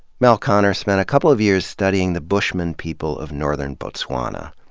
me l konner spent a couple of years studying the bushman people of northern botswana.